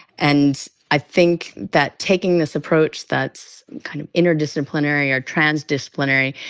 and i think that taking this approach that's kind of interdisciplinary or transdisciplinary,